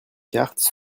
cartes